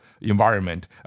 environment